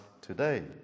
today